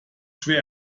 schwer